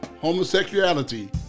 homosexuality